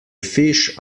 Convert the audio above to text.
fish